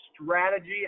strategy